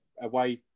away